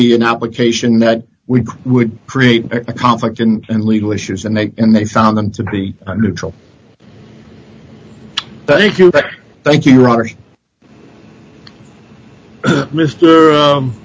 be an application that we could create a conflict and legal issues and they and they found them to be neutral thank you thank you